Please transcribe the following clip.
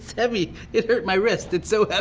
it's heavy, it hurt my wrist it's so